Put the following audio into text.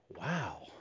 wow